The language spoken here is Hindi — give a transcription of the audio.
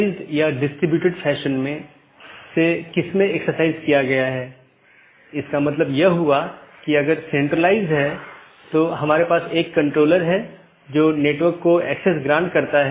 तो एक है optional transitive वैकल्पिक सकर्मक जिसका मतलब है यह वैकल्पिक है लेकिन यह पहचान नहीं सकता है लेकिन यह संचारित कर सकता है